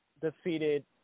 defeated